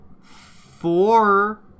four